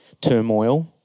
turmoil